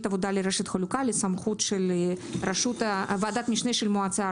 העבודה לרשת חלוקה לסמכות של ועדת משנה של,